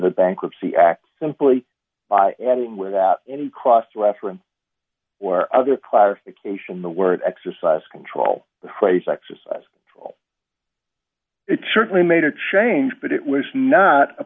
the bankruptcy act simply by anyone without any cross reference or other clarification the word exercise control the phrase exercise it certainly made a change but it was not a